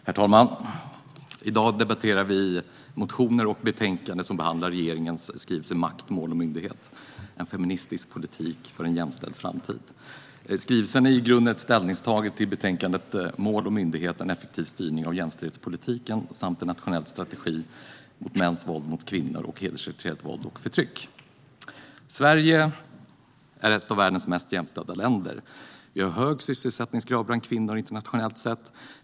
Herr talman! I dag debatterar vi motioner och betänkandet som behandlar regeringens skrivelse Makt, mål och myndighet - feministisk politik för en jämställd framtid . Skrivelsen är i grunden ett ställningstagande till betänkandet Mål och myndighet - En effektiv styrning av jämställdhetspolitiken samt en nationell strategi mot mäns våld mot kvinnor och hedersrelaterat våld och förtryck. Sverige är ett av världens mest jämställda länder. Vi har en hög sysselsättningsgrad bland kvinnor internationellt sett.